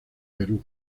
perú